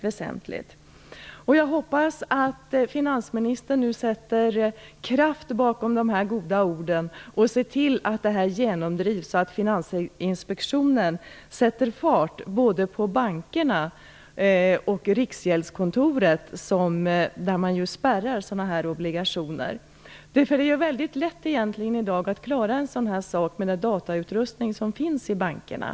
Jag hoppas att finansministern nu sätter kraft bakom de goda orden och ser till att detta genomdrivs så att Finansinspektionen sätter fart både på bankerna och Riksgäldskontoret där man spärrar dessa obligationer. I dag är det mycket lätt att klara av detta med den datautrustning som finns i bankerna.